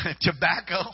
tobacco